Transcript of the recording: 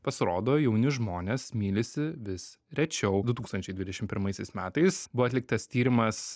pasirodo jauni žmonės mylisi vis rečiau du tūkstančiai dvidešim pirmaisiais metais buvo atliktas tyrimas